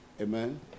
Amen